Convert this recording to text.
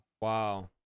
Wow